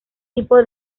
tipo